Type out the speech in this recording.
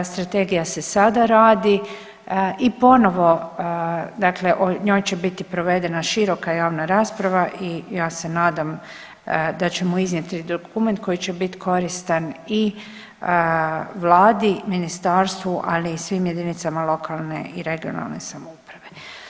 Strategija se sada radi i ponovo dakle o njoj će biti provedena široka javna rasprava i ja se nadam da ćemo iznjedrit dokument koji će bit koristan i vladi, ministarstvu, ali i svim jedinicama lokalne i regionalne samouprave.